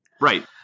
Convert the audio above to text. Right